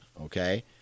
okay